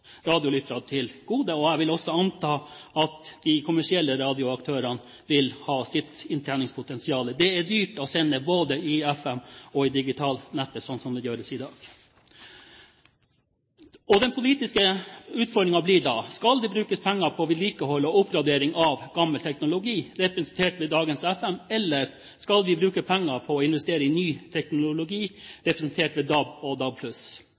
til gode. Jeg vil også anta at de kommersielle radioaktørene vil ha et inntjeningspotensial. Det er dyrt å sende både i FM-nettet og i det digitale nettet, slik det gjøres i dag. Den politiske utfordringen blir da: Skal det brukes penger på vedlikehold og oppgradering av gammel teknologi, representert ved dagens FM-nett, eller skal vi bruke penger på å investere i ny teknologi, representert ved DAB og DAB+?